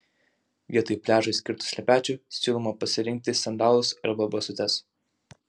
vietoj pliažui skirtų šlepečių siūloma pasirinkti sandalus arba basutes